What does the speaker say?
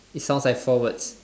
it sounds like four words